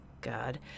God